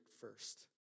first